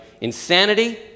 insanity